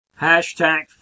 Hashtag